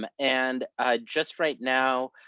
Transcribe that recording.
um and just right now,